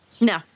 No